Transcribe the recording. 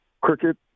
Cricket